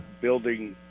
building